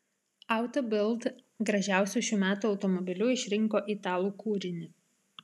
auto bild gražiausiu šių metų automobiliu išrinko italų kūrinį